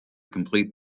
complete